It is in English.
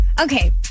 okay